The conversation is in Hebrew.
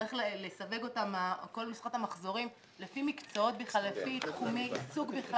צריך לסווג את כל נוסחת המחזורים לפי מקצועות ולפי תחומי עיסוק.